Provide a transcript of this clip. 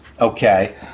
Okay